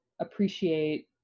appreciate